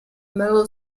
mellow